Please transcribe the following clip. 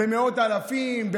במאות אלפים,